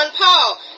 Paul